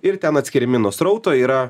ir ten atskiriami nuo srauto yra